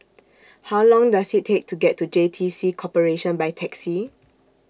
How Long Does IT Take to get to J T C Corporation By Taxi